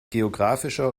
geographischer